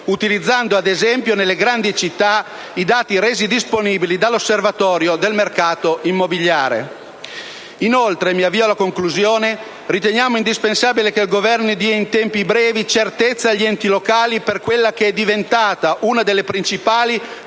utilizzando ad esempio nelle grandi città i dati resi disponibili dall'Osservatorio del mercato immobiliare. Inoltre - e mi avvio alla conclusione - riteniamo indispensabile che il Governo dia in tempi brevi certezza agli enti locali per quella che è diventata una delle principali fonti